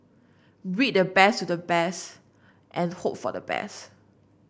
breed the best to the best and hope for the best